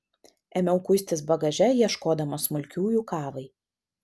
ėmiau kuistis bagaže ieškodama smulkiųjų kavai